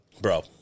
bro